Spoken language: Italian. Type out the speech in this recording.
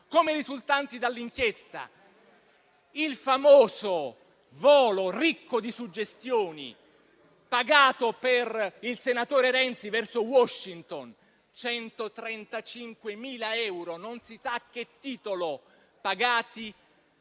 come risultanti dall'inchiesta; il famoso volo ricco di suggestioni, pagato per il senatore Renzi verso Washington; 135.000 euro, pagati non si sa a che titolo dalla